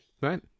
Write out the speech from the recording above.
Right